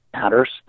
matters